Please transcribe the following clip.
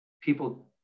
people